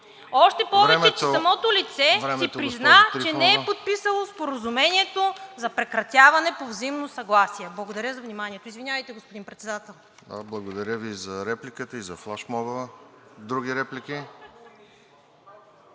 …Още повече, че самото лице си призна, че не е подписало споразумението за прекратяване по взаимно съгласие. Благодаря за вниманието. Извинявайте, господин Председател. ПРЕДСЕДАТЕЛ РОСЕН ЖЕЛЯЗКОВ: Благодаря Ви за репликата и за флашмоба. Други реплики?